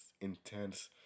intense